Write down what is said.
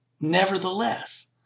Nevertheless